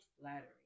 flattery